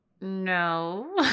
no